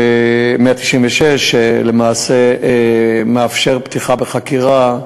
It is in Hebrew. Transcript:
שלמעשה מאפשר פתיחת חקירה,